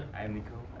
i'm nico,